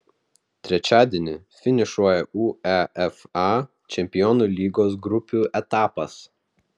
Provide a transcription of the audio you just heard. trečiadienį finišuoja uefa čempionų lygos grupių etapas